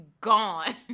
gone